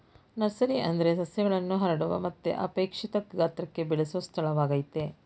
nursery ಅಂದ್ರೆ ಸಸ್ಯಗಳನ್ನು ಹರಡುವ ಮತ್ತು ಅಪೇಕ್ಷಿತ ಗಾತ್ರಕ್ಕೆ ಬೆಳೆಸೊ ಸ್ಥಳವಾಗಯ್ತೆ